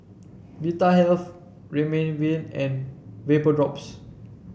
Vitahealth Remifemin and Vapodrops